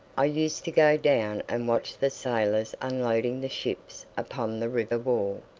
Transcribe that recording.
i used to go down and watch the sailors unloading the ships upon the river-wall.